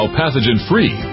pathogen-free